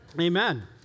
Amen